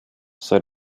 sei